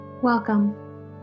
Welcome